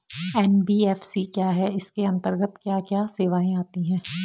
NBFC क्या है इसके अंतर्गत क्या क्या सेवाएँ आती हैं?